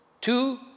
two